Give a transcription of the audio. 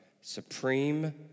supreme